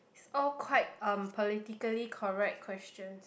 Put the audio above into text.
it's all quite um politically correct questions